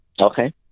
Okay